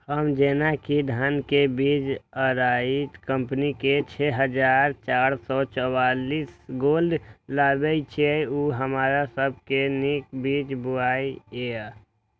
हम जेना कि धान के बीज अराइज कम्पनी के छः हजार चार सौ चव्वालीस गोल्ड लगाबे छीय उ हमरा सब के नीक बीज बुझाय इय?